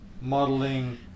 Modeling